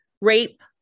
rape